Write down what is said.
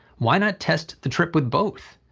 why not test the trip with both?